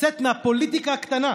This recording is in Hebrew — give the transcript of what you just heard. לצאת מהפוליטיקה הקטנה,